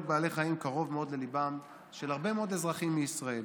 בעלי חיים קרוב מאוד לליבם של הרבה מאוד אזרחים מישראל,